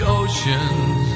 oceans